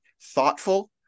thoughtful